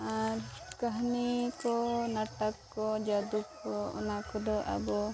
ᱟᱨ ᱠᱟᱹᱦᱱᱤ ᱠᱚ ᱱᱟᱴᱚᱠ ᱠᱚ ᱡᱟᱹᱫᱩ ᱠᱚ ᱚᱱᱟ ᱠᱚᱫᱚ ᱟᱵᱚ